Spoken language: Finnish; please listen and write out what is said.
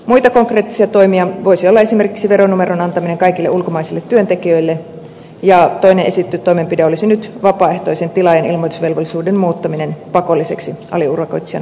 muita konkreettisia toimia voisi olla esimerkiksi veronumeron antaminen kaikille ulkomaisille työntekijöille ja toinen esitetty toimenpide olisi nyt vapaaehtoisen tilaajan ilmoitusvelvollisuuden muuttaminen pakolliseksi aliurakoitsijan urakkasummista